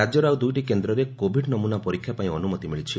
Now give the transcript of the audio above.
ରାଜ୍ୟର ଆଉ ଦୁଇଟି କେନ୍ରରେ କୋଭିଡ୍ ନମୁନା ପରୀକ୍ଷା ପାଇଁ ଅନୁମତି ମିଳିଛି